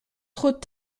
trop